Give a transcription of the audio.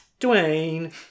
Dwayne